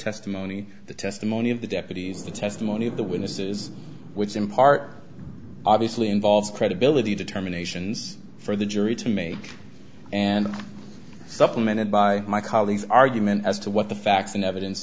testimony the testimony of the deputies the testimony of the witnesses which in part obviously involves credibility determinations for the jury to make and supplemented by my colleague's argument as to what the facts and evidence